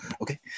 Okay